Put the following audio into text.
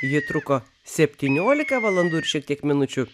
ji truko septyniolika valandų ir šiek tiek minučių